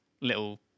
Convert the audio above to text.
little